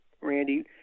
Randy